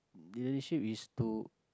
the relationship is to